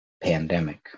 pandemic